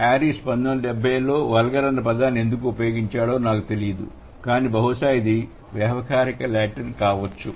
Harris vulgar అన్న పదాన్ని ఎందుకు ఉపయోగించాడో నాకు తెలియదు కానీ బహుశా ఇది వ్యావహారిక లాటిన్ కావచ్చు